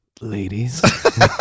ladies